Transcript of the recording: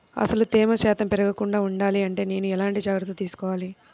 అసలు తేమ శాతం పెరగకుండా వుండాలి అంటే నేను ఎలాంటి జాగ్రత్తలు తీసుకోవాలి?